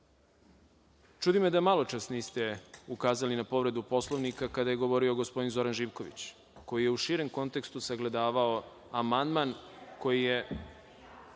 čudi me da maločas niste ukazali na povredu Poslovnika kada je govorio gospodin Živković koji je u širem kontekstu sagledavao amandman koji